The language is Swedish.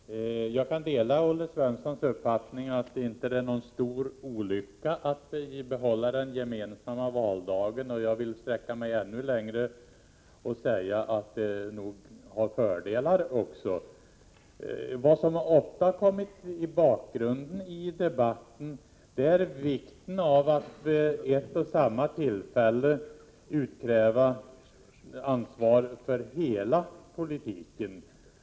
Herr talman! Jag kan dela Olle Svenssons uppfattning att det inte är någon stor olycka att behålla den gemensamma valdagen. Jag vill sträcka mig ännu längre och säga att detta nog också har fördelar. Vad som ofta har hamnat i bakgrunden i debatten är vikten av att vid ett och samma tillfälle utkräva ansvar för hela politiken.